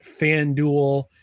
FanDuel